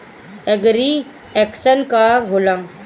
एगरी junction का होला?